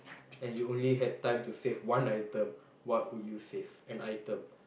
and you only had time to save one item what would you save an item